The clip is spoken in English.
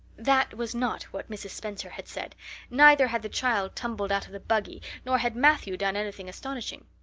that was not what mrs. spencer had said neither had the child tumbled out of the buggy nor had matthew done anything astonishing.